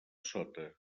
sota